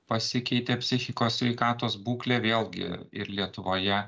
pasikeitė psichikos sveikatos būklė vėlgi ir lietuvoje